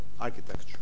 architecture